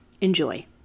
Enjoy